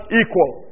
equal